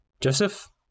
Joseph